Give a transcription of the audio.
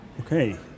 Okay